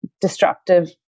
destructive